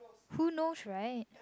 who knows right